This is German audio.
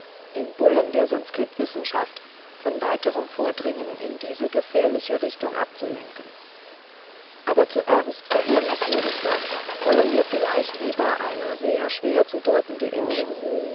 den bullen der sanskritwissenschaft von weiterem vordringen in dieser gefährlichen richtung abzulenken aber zuerst verehrungswürdigster wollen wir vielleicht lieber eine sehr schwer zu deutende